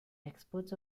experts